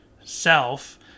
self